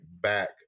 back